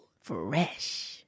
Fresh